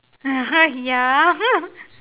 ya